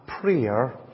prayer